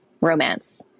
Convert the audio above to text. romance